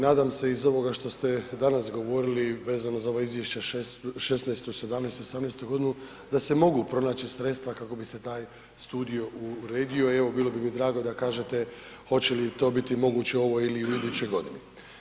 Nadam se iz ovoga što ste danas govorili vezano za ova izvješća '16., '17., 18. godinu da se mogu pronaći sredstva kako bi se taj studio uredio i evo bilo bi mi drago da kažete hoće li to biti moguće u ovoj ili u idućoj godini?